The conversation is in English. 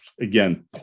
again